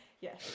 Yes